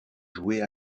jouait